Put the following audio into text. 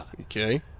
Okay